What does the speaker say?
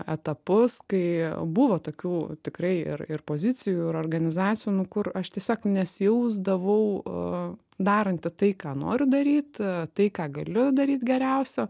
etapus kai buvo tokių tikrai ir ir pozicijų ir organizacijų nu kur aš tiesiog nesijausdavau daranti tai ką noriu daryt tai ką galiu daryt geriausio